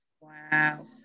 Wow